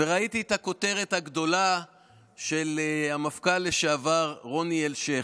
וראיתי את הכותרת הגדולה של המפכ"ל לשעבר רוני אלשיך,